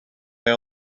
down